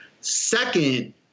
Second